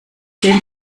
den